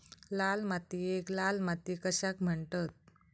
लाल मातीयेक लाल माती कशाक म्हणतत?